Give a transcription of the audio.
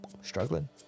Struggling